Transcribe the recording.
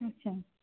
আচ্ছা